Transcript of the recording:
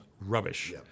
rubbish